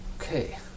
Okay